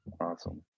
Awesome